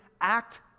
act